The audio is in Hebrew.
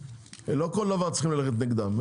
לא כל דבר צריכים ללכת נגדם,